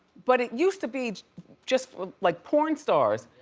but it used to be just like, porn stars.